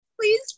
please